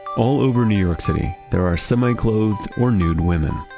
all over new york city there are semi-clothed or nude women.